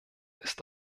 ist